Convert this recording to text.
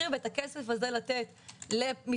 מחירי הדיור כפי שנאמר כאן גם על ידי